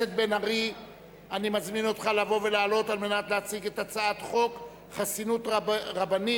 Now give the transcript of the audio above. אני קובע שהצעת חוק להחלפת המונח מעביד